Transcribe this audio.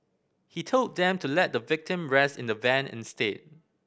he told them to let the victim rest in the van instead